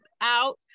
out